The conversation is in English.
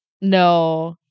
No